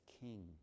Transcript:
king